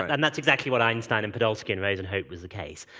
and that's exactly what einstein, and podolsky, and rosen hoped was the case.